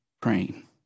praying